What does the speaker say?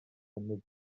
gymryd